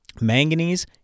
Manganese